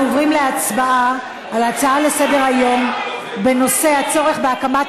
אנחנו עוברים להצבעה על הצעה לסדר-היום בנושא: הצורך בהקמת